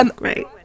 Right